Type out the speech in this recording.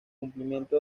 cumplimiento